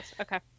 okay